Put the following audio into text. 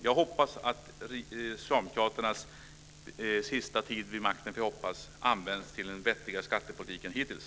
Jag hoppas att Socialdemokraternas sista - får jag hoppas - tid vid makten används till en vettigare skattepolitik än hittills.